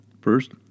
first